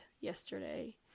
yesterday